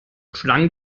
schlangen